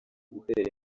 gutera